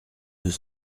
deux